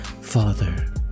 Father